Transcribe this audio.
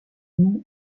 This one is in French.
nom